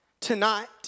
tonight